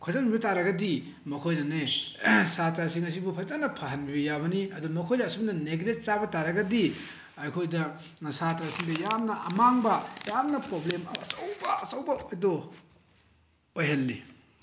ꯈꯣꯆꯟꯕꯤꯕ ꯇꯥꯔꯒꯗꯤ ꯃꯈꯣꯏꯅꯅꯦ ꯁꯥꯇ꯭ꯔꯁꯤꯡ ꯑꯁꯨꯕꯨ ꯐꯖꯅ ꯐꯍꯟꯕꯤꯕ ꯌꯥꯕꯅꯤ ꯑꯗꯨꯅ ꯃꯈꯣꯏꯅ ꯑꯁꯨꯝꯅ ꯅꯦꯒ꯭ꯂꯦꯠ ꯆꯥꯕ ꯇꯥꯔꯒꯗꯤ ꯑꯩꯈꯣꯏꯗ ꯁꯥꯇ꯭ꯔꯁꯤꯡꯗ ꯌꯥꯝꯅ ꯑꯃꯥꯡꯕ ꯌꯥꯝꯅ ꯄ꯭ꯔꯣꯕ꯭ꯂꯦꯝ ꯑꯆꯧꯕ ꯑꯆꯧꯕ ꯑꯗꯣ ꯑꯣꯏꯍꯜꯂꯤ